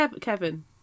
Kevin